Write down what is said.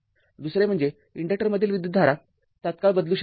दुसरे म्हणजे इन्डक्टरमधील विद्युधारा तात्काळ बदलू शकत नाही